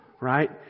right